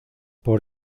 por